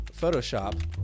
Photoshop